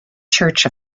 church